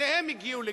שניהם הגיעו לגיל,